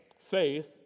faith